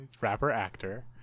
Rapper-actor